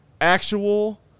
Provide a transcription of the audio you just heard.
actual